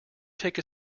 take